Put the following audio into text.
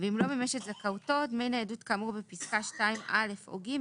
ואם לא מימש את זכאותו דמי ניידות כאמור בפסקה (2)(א) או (ג),